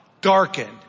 Darkened